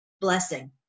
blessing